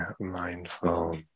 mindful